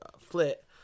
flit